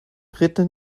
treten